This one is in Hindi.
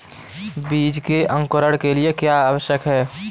बीज के अंकुरण के लिए क्या आवश्यक है?